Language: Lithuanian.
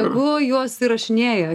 tegu juos įrašinėja